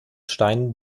stein